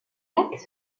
lacs